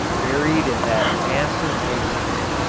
buried in that mass of masonry.